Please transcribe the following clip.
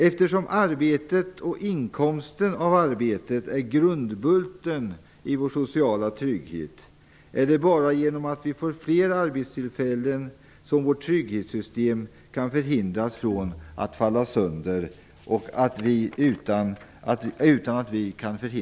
Eftersom arbetet och inkomster från arbetet utgör grundbulten i vår sociala trygghet är det bara genom att vi får fler arbetstillfällen som vårt trygghetssystem kan förhindras att falla sönder.